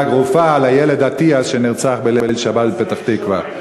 ערופה" לילד אטיאס שנרצח בליל שבת בפתח-תקווה.